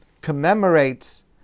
commemorates